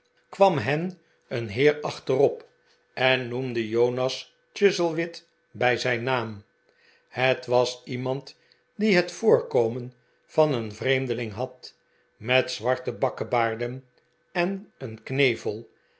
kwam hen een heer achterop en noemde jonas chuzzlewit bij zijn naam het was iemand die het voorkomen van een vreemdeling had met zwarte bakkebaarden en een knevel